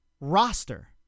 roster